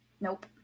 nope